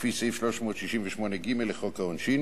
לפי סעיף 368ג לחוק העונשין,